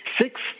six